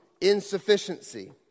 insufficiency